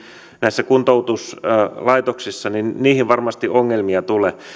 näissä kuntoutuslaitoksissa varmasti ongelmia tulee